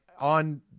on